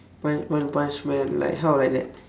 why one punch man like how like that